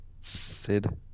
Sid